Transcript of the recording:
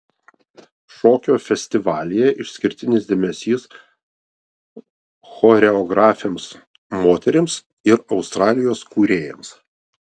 šokio festivalyje išskirtinis dėmesys choreografėms moterims ir australijos kūrėjams